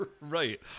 right